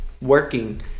working